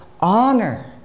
honor